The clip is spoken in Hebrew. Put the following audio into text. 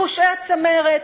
הם פושעי הצמרת,